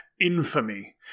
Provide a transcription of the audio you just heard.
infamy